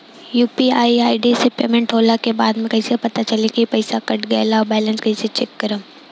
UPI ID से payment होला के बाद कइसे पता चली की पईसा कट गएल आ बैलेंस कइसे चेक करम?